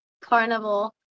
carnival